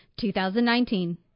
2019